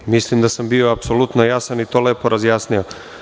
Mislim da sam bio apsolutno jasan i to lepo razjasnio.